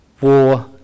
war